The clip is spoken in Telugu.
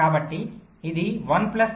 కాబట్టి ఇది 1 ప్లస్ 0